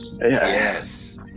Yes